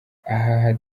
aha